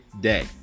day